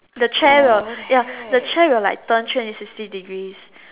the chair will like ya turn three hundred sixty degrees